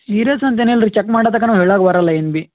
serious ಅಂತೇನು ಇಲ್ರಿ check ಮಾಡೋ ತನಕ ಹೇಳೋಕ್ ಬರೋಲ್ಲ ಏನು ಬಿ